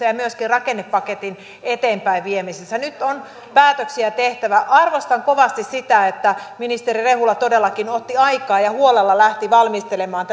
ja ja myöskin rakennepaketin eteenpäinviemisessä nyt on päätöksiä tehtävä arvostan kovasti sitä että ministeri rehula todellakin otti aikaa ja huolella lähti valmistelemaan